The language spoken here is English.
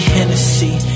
Hennessy